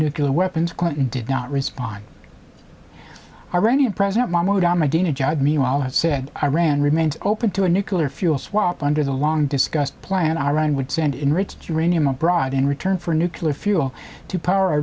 nuclear weapons clinton did not respond iranian president mahmoud ahmadinejad meanwhile said iran remains open to a nuclear fuel swap under the long discussed plan iran would send enrich uranium abroad in return for nuclear fuel to power